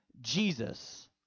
Jesus